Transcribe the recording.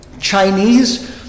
Chinese